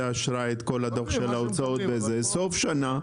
אשראי את כל הדוח של ההוצאות בסוף שנה.